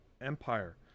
empire